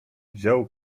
wziął